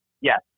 Yes